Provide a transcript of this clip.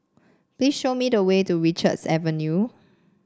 please show me the way to Richards Avenue